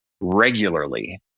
regularly